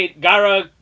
Gara